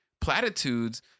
platitudes